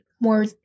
more